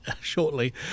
shortly